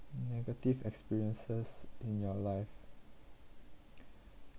negative experiences in your life